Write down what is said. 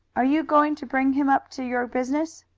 are you going to bring him up to your business?